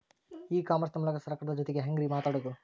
E commerce ಮೂಲಕ ಸರ್ಕಾರದ ಜೊತಿಗೆ ಹ್ಯಾಂಗ್ ರೇ ಮಾತಾಡೋದು?